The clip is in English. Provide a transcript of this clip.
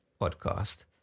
podcast